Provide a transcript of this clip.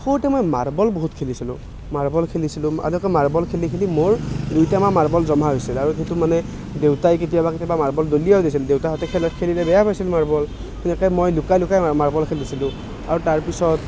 সৰুতে মই মাৰ্বল বহুত খেলিছিলোঁ মাৰ্বল খেলিছিলোঁ আৰু এনেকৈ মাৰ্বল খেলি খেলি মোৰ গোটেই আমাৰ মাৰ্বল জমা হৈছিল আৰু সেইটো মানে দেউতাই কেতিয়াবা কেতিয়াবা মাৰ্বল দলিয়াইও দিছিল দেউতাহঁতে খেলিলে বেয়া পাইছিল মাৰ্বল তেনেকৈ মই লুকাই লুকাই মাৰ্বল খেলিছিলোঁ আৰু তাৰপিছত